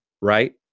Right